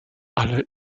ale